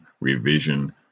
revision